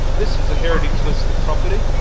this is a heritage-listed property,